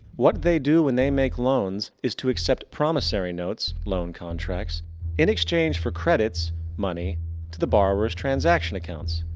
what they do when they make loans is to accept promissory notes loan contracts in exchange for credits money to the borrowers' transaction accounts.